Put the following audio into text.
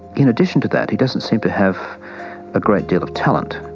in addition to that he doesn't seem to have a great deal of talent.